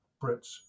Brits